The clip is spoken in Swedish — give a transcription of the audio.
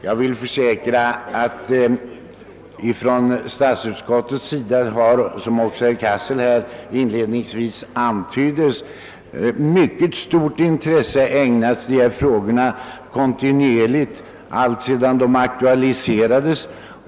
Jag vill försäkra att statsutskottet — som också herr Cassel inledningsvis antydde — kontinuerligt har ägnat dessa frågor ett mycket stort intresse alltsedan de aktualiserades.